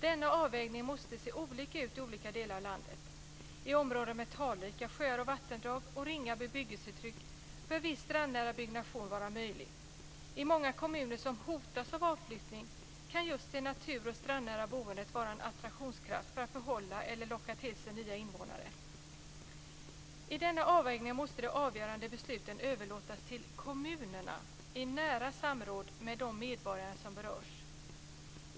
Denna avvägning måste se olika ut i olika delar av landet. I områden med talrika sjöar och vattendrag och ringa bebyggelsetryck bör viss strandnära byggnation vara möjlig. I många kommuner som hotas av avflyttning kan just det natur och strandnära boendet vara en attraktionskraft för att behålla eller locka till sig nya invånare. I denna avvägning måste de avgörande besluten överlåtas till kommunerna i nära samråd med de medborgare som berörs.